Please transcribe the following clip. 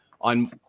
on